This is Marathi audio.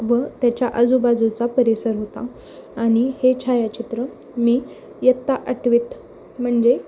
व त्याच्या आजूबाजूचा परिसर होता आणि हे छायाचित्र मी इयत्ता आठवीत म्हणजे